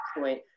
point